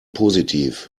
positiv